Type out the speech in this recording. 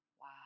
Wow